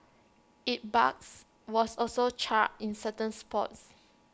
its barks was also charred in certain spots